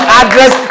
address